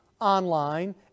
online